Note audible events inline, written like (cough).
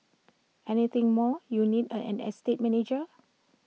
anything more you need (hesitation) an estate manager